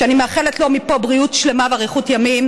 שאני מאחלת לו מפה בריאות שלמה ואריכות ימים,